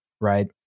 right